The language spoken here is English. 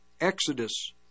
exodus